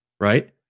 right